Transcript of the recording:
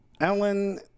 Ellen